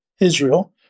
Israel